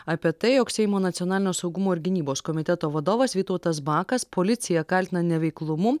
apie tai jog seimo nacionalinio saugumo ir gynybos komiteto vadovas vytautas bakas policiją kaltina neveiklumu